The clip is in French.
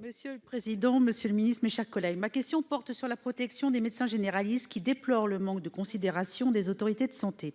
Monsieur le président, monsieur le ministre, mes chers collègues, ma question porte sur la protection des médecins généralistes, qui déplorent le manque de considération des autorités de santé.